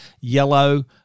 yellow